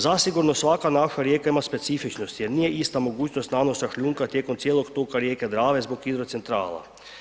Zasigurno svaka naša rijeka ima specifičnosti jer nije ista mogućnost nanosa šljunka tijekom cijelog toka rijeke Drave zbog hidrocentrala.